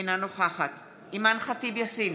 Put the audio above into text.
אינה נוכחת אימאן ח'טיב יאסין,